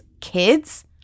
kids